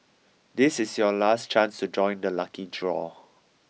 this is your last chance to join the lucky draw